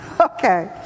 Okay